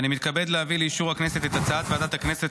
אני מתכבד להביא לאישור הכנסת את הצעת ועדת הכנסת